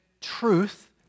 truth